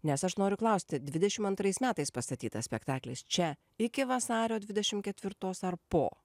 nes aš noriu klausti dvidešim antrais metais pastatytas spektaklis čia iki vasario dvidešim ketvirtos ar po